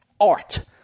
art